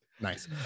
nice